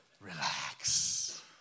Relax